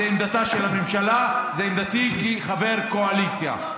זאת עמדתה של הממשלה וזאת עמדתי כחבר קואליציה.